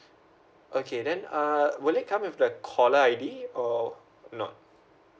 okay then um would they come with the caller I_D or not